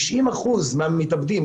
90% מהמתאבדים.